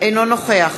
אינו נוכח